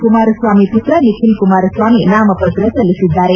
ಕುಮಾರಸ್ವಾಮಿ ಪುತ್ರ ನಿಖಿಲ್ ಕುಮಾರಸ್ವಾಮಿ ನಾಮಪತ್ರ ಸಲ್ಲಿಸಿದ್ದಾರೆ